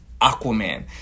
Aquaman